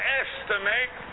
estimate